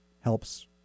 helps